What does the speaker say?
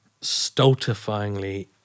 Stultifyingly